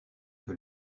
que